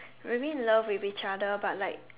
were in love with each other but like